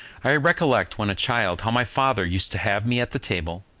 i recollect, when a child, how my father used to have me at the table,